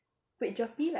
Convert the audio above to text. wait GERPE like